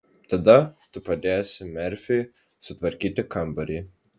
tada tu padėsi merfiui sutvarkyti kambarį